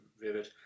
vivid